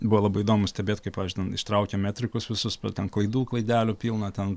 buvo labai įdomu stebėt kaip pavyzdžiui ten ištraukia metrikus visus ten klaidų klaidelių pilna ten